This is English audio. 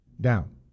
down